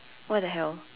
what the hell